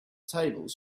tables